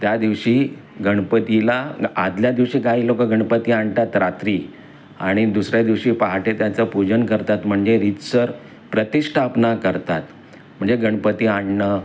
त्या दिवशी गणपतीला आदल्या दिवशी काही लोकं गणपती आणतात रात्री आणि दुसऱ्या दिवशी पहाटे त्याचं पूजन करतात म्हणजे रीतसर प्रतिष्ठापना करतात म्हणजे गणपती आणणं